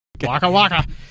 Waka-waka